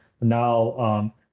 now